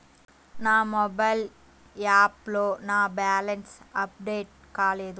నా మొబైల్ యాప్లో నా బ్యాలెన్స్ అప్డేట్ కాలేదు